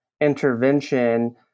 intervention